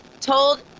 told